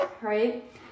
right